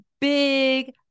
big